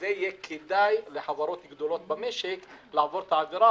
שתהיה כדאית לחברות גדולות במשק לעבור את העבירה